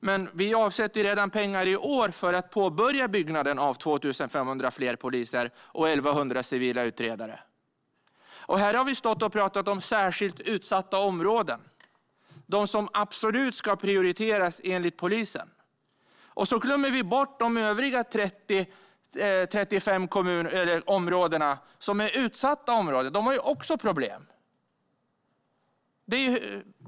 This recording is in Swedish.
Men vi avsätter redan i år pengar för att påbörja tillsättandet av 2 500 fler poliser och 1 100 civila utredare. Här har vi stått och talat om särskilt utsatta områden - de som absolut ska prioriteras, enligt polisen. Och så glömmer vi bort de övriga 30-35 områden som är utsatta områden; de har också problem.